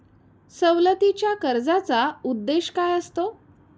सवलतीच्या कर्जाचा उद्देश काय असतो?